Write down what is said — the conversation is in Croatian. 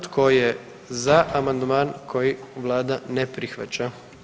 Tko je za amandman koji Vlada ne prihvaća?